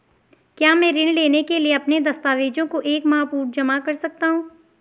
क्या मैं ऋण लेने के लिए अपने दस्तावेज़ों को एक माह पूर्व जमा कर सकता हूँ?